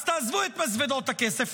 אז עזבו את מזוודות הכסף.